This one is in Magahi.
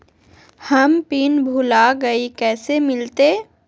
हम पिन भूला गई, कैसे मिलते?